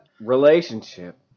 relationship